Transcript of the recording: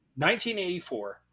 1984